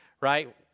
right